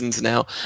now